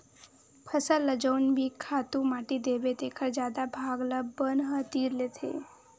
फसल ल जउन भी खातू माटी देबे तेखर जादा भाग ल बन ह तीर लेथे